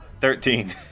Thirteen